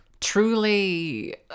truly